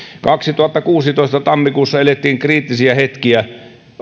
kaksituhattakuusitoista tammikuussa elettiin kriittisiä hetkiä